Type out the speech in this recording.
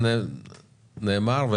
זה נאמר,